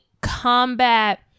combat